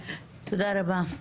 תודה רבה.